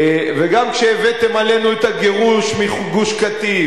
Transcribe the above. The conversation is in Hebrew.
וגם כשהבאתם עלינו את הגירוש מגוש-קטיף